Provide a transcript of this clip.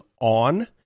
on